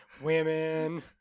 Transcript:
women